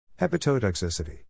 hepatotoxicity